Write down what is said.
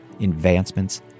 advancements